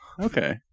Okay